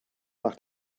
nach